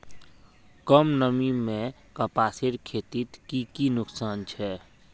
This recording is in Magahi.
कम नमी से कपासेर खेतीत की की नुकसान छे?